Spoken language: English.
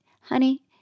Honey